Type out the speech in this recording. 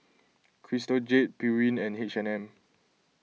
Crystal Jade Pureen and H and M